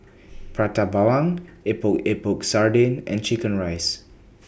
Prata Bawang Epok Epok Sardin and Chicken Rice